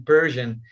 Persian